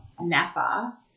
Napa